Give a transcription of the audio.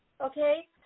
okay